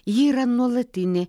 ji yra nuolatinė